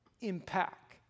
impact